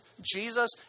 Jesus